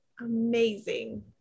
Amazing